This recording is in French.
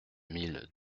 mille